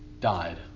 died